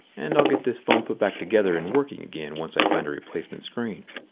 and i'll get this phone put back together and working again once i find a replacement screen.